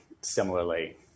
similarly